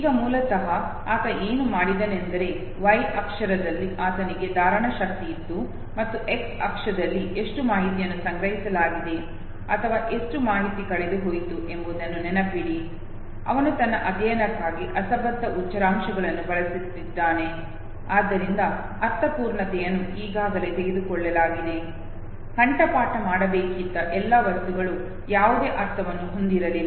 ಈಗ ಮೂಲತಃ ಆತ ಏನು ಮಾಡಿದನೆಂದರೆ ವೈ ಅಕ್ಷದಲ್ಲಿ ಆತನಿಗೆ ಧಾರಣಶಕ್ತಿಯಿತ್ತು ಮತ್ತು ಎಕ್ಸ್ ಅಕ್ಷದಲ್ಲಿ ಎಷ್ಟು ಮಾಹಿತಿಯನ್ನು ಸಂಗ್ರಹಿಸಲಾಗಿದೆ ಅಥವಾ ಎಷ್ಟು ಮಾಹಿತಿ ಕಳೆದುಹೋಯಿತು ಎಂಬುದನ್ನು ನೆನಪಿಡಿ ಅವನು ತನ್ನ ಅಧ್ಯಯನಕ್ಕಾಗಿ ಅಸಂಬದ್ಧ ಉಚ್ಚಾರಾಂಶಗಳನ್ನು ಬಳಸುತ್ತಿದ್ದಾನೆ ಆದ್ದರಿಂದ ಅರ್ಥಪೂರ್ಣತೆಯನ್ನು ಈಗಾಗಲೇ ತೆಗೆದುಕೊಳ್ಳಲಾಗಿದೆ ಕಂಠಪಾಠ ಮಾಡಬೇಕಿದ್ದ ಎಲ್ಲಾ ವಸ್ತುಗಳು ಯಾವುದೇ ಅರ್ಥವನ್ನು ಹೊಂದಿರಲಿಲ್ಲ